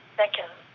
second